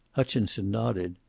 hutchinson nodded.